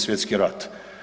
Svjetski rat.